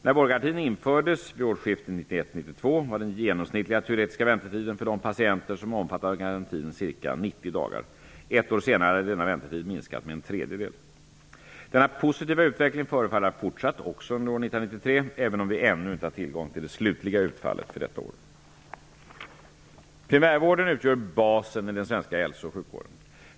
När vårdgarantin infördes vid årsskiftet 1991/92 var den genomsnittliga teoretiska väntetiden för de patienter som omfattas av garantin ca 90 dagar. Ett år senare hade denna väntetid minskat med en tredjedel. Denna positiva utveckling förefaller ha fortsatt också under år 1993, även om vi ännu inte har tillgång till det slutliga utfallet för detta år. Primärvården utgör basen i den svenska hälso och sjukvården.